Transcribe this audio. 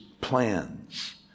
plans